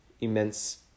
immense